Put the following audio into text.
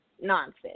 nonsense